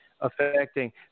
affecting